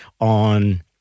on